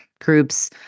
groups